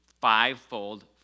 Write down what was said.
five-fold